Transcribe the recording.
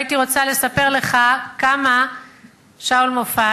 הייתי רוצה לספר לך כמה שאול מופז,